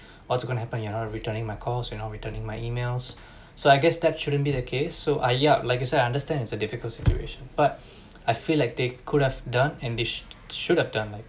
what's going to happen you not returning my calls you're not returning my emails so I guess that shouldn't be the case so I yeah like I said understand it's a difficult situation but I feel like they could have done and they sh~ should have done like